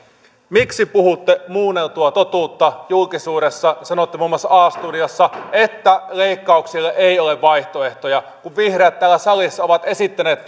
miksi puhutte muunneltua totuutta julkisuudessa sanoitte muun muassa a studiossa että leikkauksille ei ole vaihtoehtoja vaikka vihreät täällä salissa ovat esittäneet